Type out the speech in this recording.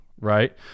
right